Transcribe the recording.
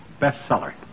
Bestseller